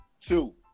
Two